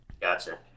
gotcha